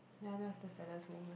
ya that's the saddest moment